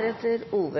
Myter og